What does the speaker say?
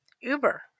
Uber